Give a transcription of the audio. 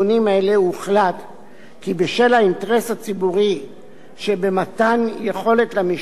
כי בשל האינטרס הציבורי שבמתן יכולת למשטרה לאתר,